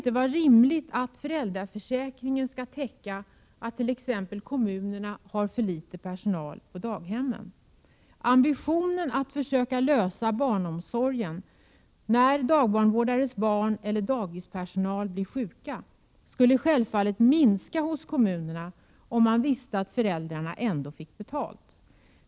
inte vara rimligt att föräldraförsäkringen skall täcka att kommunerna har för litet personal på daghemmen. Ambitionen att försöka lösa barnomsorgen när dagbarnvårdares barn eller dagispersonal blir sjuka skulle självfallet minska hos kommunerna, om man visste att föräldrarna ändå fick betalt.